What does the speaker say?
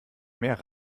mehr